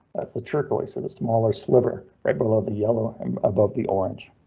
that's the turquoise or the smaller sliver right below the yellow um above the orange.